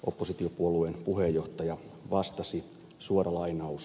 oppositiopuolueen puheenjohtaja vastasi suora lainaus